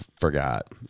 forgot